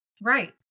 Right